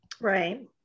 Right